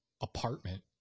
apartment